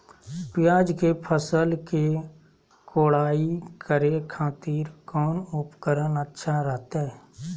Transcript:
प्याज के फसल के कोढ़ाई करे खातिर कौन उपकरण अच्छा रहतय?